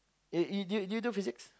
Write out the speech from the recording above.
uh you you do you do physics